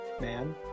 Man